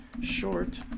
short